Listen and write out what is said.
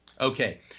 Okay